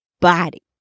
body